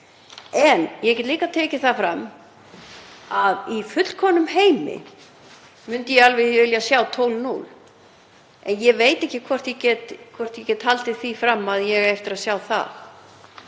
En ég get líka tekið það fram að í fullkomnum heimi myndi ég alveg vilja sjá tólf, núll. Ég veit ekki hvort ég get haldið því fram að ég eigi eftir að sjá það